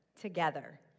together